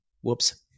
Whoops